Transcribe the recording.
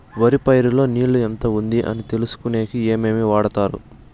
వరి పైరు లో నీళ్లు ఎంత ఉంది అని తెలుసుకునేకి ఏమేమి వాడతారు?